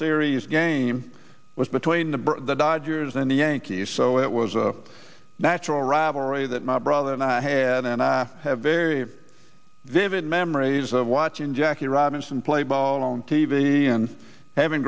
series game was between the dodgers and the yankees so it was a natural rivalry that my brother and i had and i have very vivid memories of watching jackie robinson play ball on t v and having